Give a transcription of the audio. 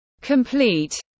complete